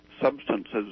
substances